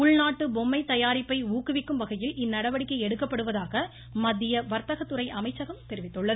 உள்நாட்டு பொம்மை தயாரிப்பை ஊக்குவிக்கும் வகையில் இந்நடவடிக்கை எடுக்கப்படுவதாக மத்திய வர்த்தக துறை அமைச்சம் தெரிவித்துள்ளது